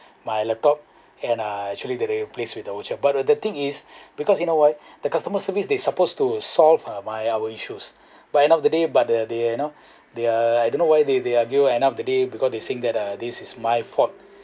my laptop and uh actually they replace with the old one but the thing is because you know why the customer service they supposed to solve uh my our issues but end up the day but the they're you know they're I don't know why they argue and end up the day because they saying that uh this is my fault